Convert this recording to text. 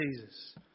Jesus